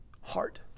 heart